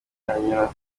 hanyura